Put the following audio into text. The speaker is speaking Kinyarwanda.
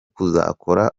kuzakora